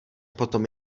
potom